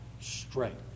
strength